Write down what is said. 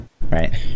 right